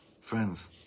Friends